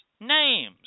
names